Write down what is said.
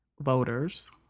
voters